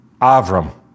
Avram